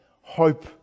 hope